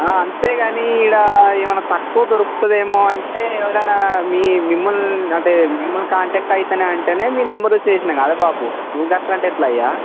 అంతేగాని ఇక్కడ ఏమైనా తక్కువ దొరుకుతుందేమో అంటే ఎవరైనా మీ మిమల్ని అంటే మిమ్మల్ని కాంటాక్ట్ అయితేనే అంటేనే మీ నెంబర్కి చేసినా కదా బాపు నువ్వు అట్లా అంటే ఎట్లా అయ్యా